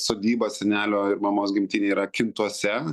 sodyba senelio mamos gimtinėj yra kintuose